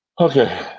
Okay